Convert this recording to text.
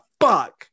fuck